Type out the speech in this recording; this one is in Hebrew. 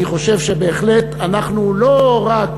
אני חושב שבהחלט אנחנו לא רק